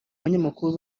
banyamakuru